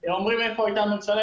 הם אומרים איפה הייתה הממשלה,